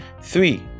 Three